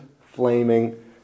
flaming